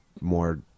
more